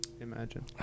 Imagine